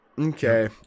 Okay